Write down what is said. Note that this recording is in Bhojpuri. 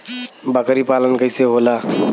बकरी पालन कैसे होला?